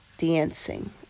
Dancing